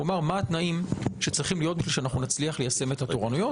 אמר מה התנאים שצריכים להיות בשביל שנצליח ליישם את התורנויות